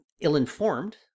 ill-informed